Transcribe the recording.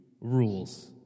rules